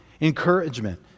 encouragement